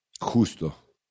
justo